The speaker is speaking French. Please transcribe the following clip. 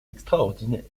extraordinaire